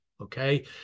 okay